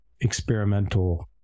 experimental